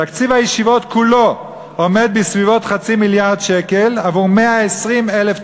תקציב הישיבות כולו עומד על כחצי מיליארד שקל עבור 120,000 תלמידים,